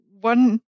one